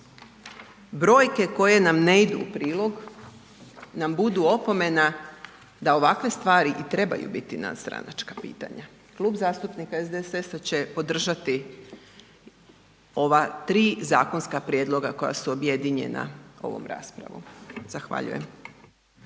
brojke koje nam ne idu u prilog nam budu opomena da ovakve stvari i trebaju biti nadstranačka pitanja. Klub zastupnika SDSS-a će podržati ova tri zakonska prijedloga koja su objedinjena ovom raspravom. Zahvaljujem.